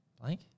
Blank